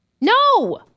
No